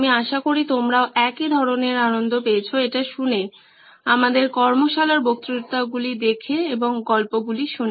আমি আশা করি তোমরাও একই ধরনের আনন্দ পেয়েছো এটা শুনে আমাদের কর্মশালার বক্তৃতাগুলি দেখে গল্পগুলি শুনে